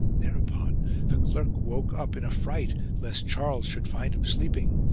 thereupon the clerk woke up, in a fright lest charles should find him sleeping.